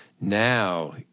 now